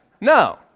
No